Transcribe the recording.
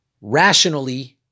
rationally